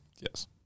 Yes